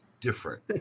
different